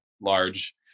large